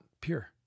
pure